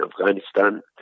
Afghanistan